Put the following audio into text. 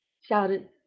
shouted